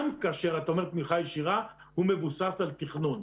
גם כשאתה אומר תמיכה ישירה, מבוסס על תכנון.